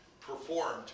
performed